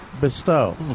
bestow